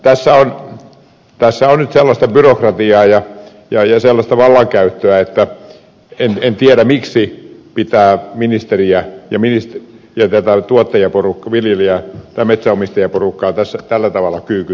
elikkä tässä on nyt sellaista byrokratiaa ja sellaista vallankäyttöä että en tiedä miksi pitää ministeriä ja tätä metsänomistajaporukkaa tällä tavalla kyykyttää